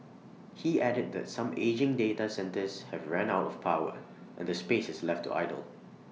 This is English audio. he added that some aging data centres have ran out of power and the space is left to idle